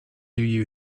you